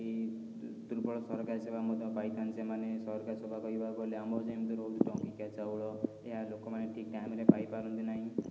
ଏଇ ଦୁର୍ବଳ ସରକାରୀ ସେବା ମଧ୍ୟ ପାଇଥାନ୍ତି ସେମାନେ ସରକାରୀ ସେବା କହିବାକୁ ଗଲେ ଆମର ଯେମିତି ରହୁଛି ଟଙ୍କିକିଆ ଚାଉଳ ଏହା ଲୋକମାନେ ଠିକ ଟାଇମରେ ପାଇପାରନ୍ତି ନାହିଁ